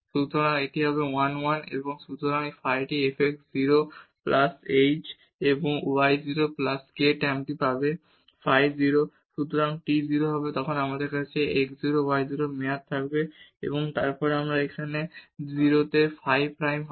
সুতরাং এই টি হবে 1 1 সুতরাং আমরা ফাই fx 0 প্লাস h এবং y 0 প্লাস k এই টার্মটি পাব ফাই 0 সুতরাং যখন t 0 হবে তখন আমাদের x 0 y 0 মেয়াদ থাকবে এবং তারপর এখানে 0 এ ফাই প্রাইম হবে